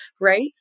right